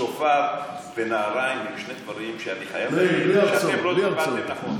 צופר ונהריים הם שני דברים שאני חייב להגיד שלא טיפלתם נכון.